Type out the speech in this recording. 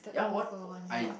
yeah what I